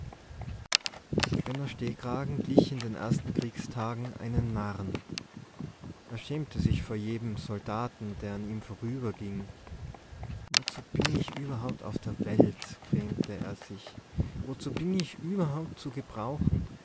stehkragen glich in den ersten kriegstagen einem narren er schämte sich vor jedem soldaten der an ihm vorüberging wozu bin ich überhaupt auf der welt grämte er sich wozu bin ich überhaupt zu gebrauchen